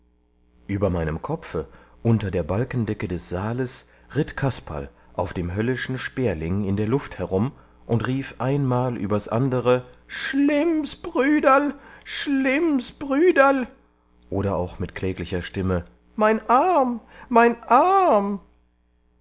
über meinem kopfe unter der balkendecke des saales ritt kasperl auf dem höllischen sperling in der luft herum und rief einmal übers andere schlimms brüderl schlimms brüderl oder auch mit kläglicher stimme mein arm mein arm